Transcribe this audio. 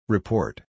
Report